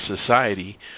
society